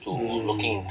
mm